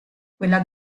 quella